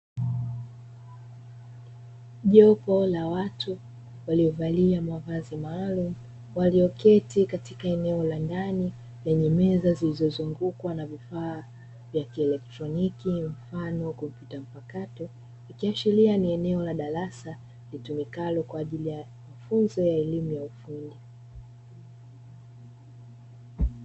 Jopo la watu waliovalia mavazi maalumu, walioketi katika eneo la ndani lenye meza zilizozungukwa na vifaa vya kielektroniki mfano wa kompyuta mpakato, ikiashiria ni eneo la darasa litumikalo kwa ajili ya mafunzo ya elimu ya ufundi.